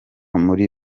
muri